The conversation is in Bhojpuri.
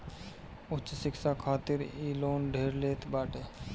उच्च शिक्षा खातिर इ लोन ढेर लेत बाटे